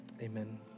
amen